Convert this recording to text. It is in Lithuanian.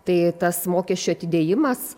tai tas mokesčių atidėjimas